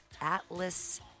Atlas